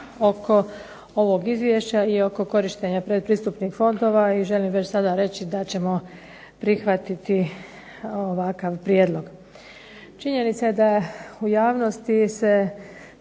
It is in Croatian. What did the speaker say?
oko ovog izvješća i oko korištenja pretpristupnih fondova i želim reći da ćemo prihvatiti ovakav prijedlog. Činjenica da u javnosti se